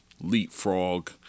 leapfrog